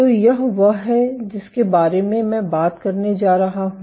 तो यह वह है जिसके बारे में मैं बात करने जा रहा हूं